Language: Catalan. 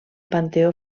panteó